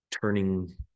turning